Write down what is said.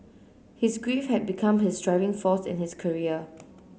his grief had become his driving force in his career